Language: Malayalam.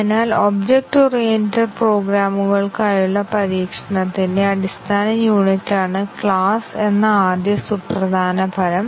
അതിനാൽ ഒബ്ജക്റ്റ് ഓറിയന്റഡ് പ്രോഗ്രാമുകൾക്കായുള്ള പരീക്ഷണത്തിന്റെ അടിസ്ഥാന യൂണിറ്റാണ് ക്ലാസ്സ് എന്ന ആദ്യ സുപ്രധാന ഫലം